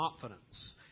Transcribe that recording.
confidence